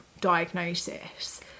diagnosis